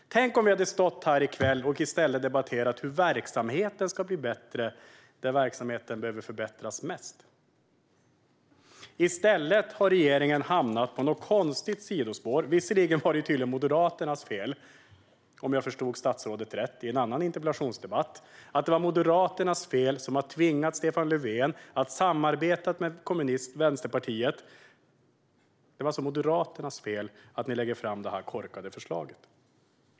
Tänk om vi hade stått här i kväll och i stället debatterat hur verksamheten ska bli bättre där den behöver förbättras mest. I stället har regeringen hamnat på något konstigt sidospår. Visserligen är det tydligen, om jag förstod statsrådet rätt i en annan interpellationsdebatt, Moderaternas fel att det här korkade förslaget läggs fram, eftersom man tvingat Stefan Löfven att samarbeta med Vänsterpartiet.